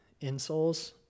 insoles